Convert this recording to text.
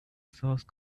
source